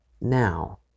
now